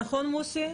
נכון, מוסי?